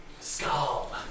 Skull